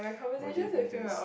bodybuilders